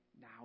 now